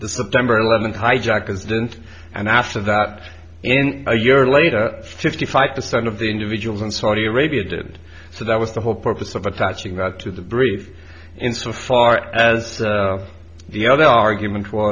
the september eleventh hijackers didn't and after that in a year later fifty five percent of the individuals in saudi arabia did so that was the whole purpose of attaching that to the brief insofar as the other argument